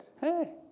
hey